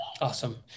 Awesome